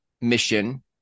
mission